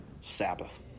Sabbath